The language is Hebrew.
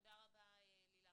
תודה רבה, לילך.